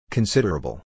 Considerable